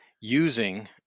using